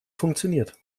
funktioniert